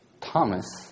Thomas